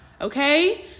okay